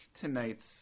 tonight's